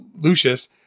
Lucius